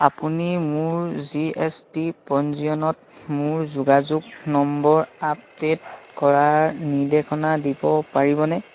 আপুনি মোৰ G S T পঞ্জীয়নত মোৰ যোগাযোগ নম্বৰ আপডেট কৰাৰ নিৰ্দেশনা দিব পাৰিবনে